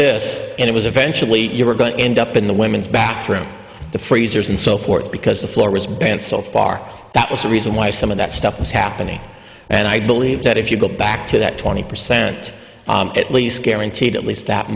this and it was eventually you were going to end up in the women's bathroom the freezers and so forth because the floor was bent so far that was the reason why some of that stuff was happening and i believe that if you go back to that twenty percent at least guaranteed at least that